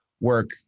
work